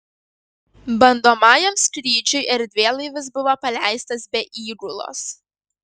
bandomajam skrydžiui erdvėlaivis buvo paleistas be įgulos